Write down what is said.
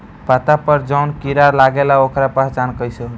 पत्ता पर जौन कीड़ा लागेला ओकर पहचान कैसे होई?